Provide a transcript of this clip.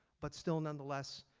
but still nonetheless